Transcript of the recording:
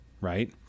Right